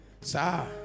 sir